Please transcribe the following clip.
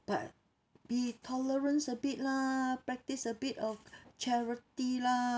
but be tolerance a bit lah practice a bit of charity lah